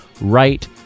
right